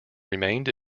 remained